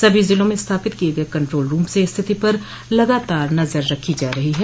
सभी जिलों में स्थापित किये गये कंट्रोल रूम से स्थिति पर लगातार नजर रखी जा रही है